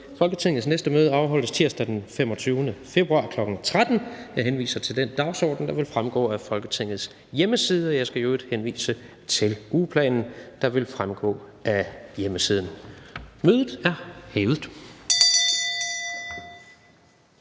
Folketingets næste møde afholdes tirsdag den 25. februar, kl. 13.00. Jeg henviser til den dagsorden, der vil fremgå af Folketingets hjemmeside. Jeg skal i øvrigt henvise til ugeplanen, der vil fremgå af hjemmesiden. Mødet er hævet.